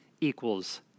equals